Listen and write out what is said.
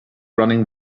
running